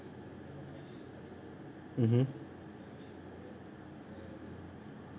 mmhmm